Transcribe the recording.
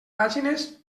pàgines